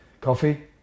Coffee